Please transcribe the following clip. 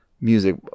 music